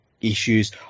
issues